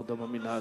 בעבודה במינהל.